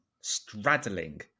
straddling